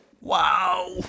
Wow